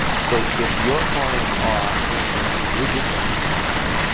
so if your clients are in widget manufacturing,